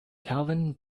calvin